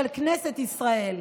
של כנסת ישראל.